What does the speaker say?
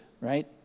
right